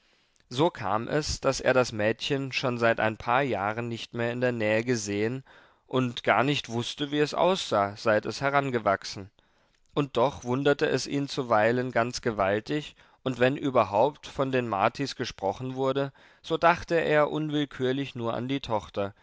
so kam es daß er das mädchen schon seit ein paar jahren nicht mehr in der nähe gesehen und gar nicht wußte wie es aussah seit es herangewachsen und doch wunderte es ihn zuweilen ganz gewaltig und wenn überhaupt von den martis gesprochen wurde so dachte er unwillkürlich nur an die tochter